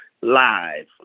live